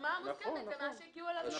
השומה המוסכמת זה מה שהגיעו אליו.